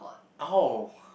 oh